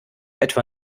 etwa